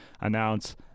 announce